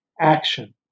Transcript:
action